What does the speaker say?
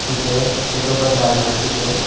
ٹھیک ہے date of birth ڈالنا ہے ٹھیک ہے